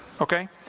okay